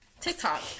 TikTok